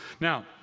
Now